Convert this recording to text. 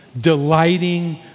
delighting